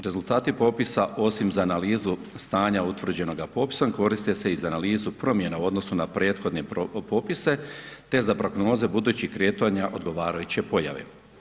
Rezultati popisa osim za analizu stanja utvrđenoga popisom koriste se i za analizu promjena u odnosu na prethodne popise te za prognoze budućih kretanja odgovarajuće pojave.